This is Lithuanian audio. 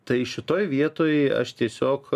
tai šitoj vietoj aš tiesiog